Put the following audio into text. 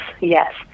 yes